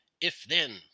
if-then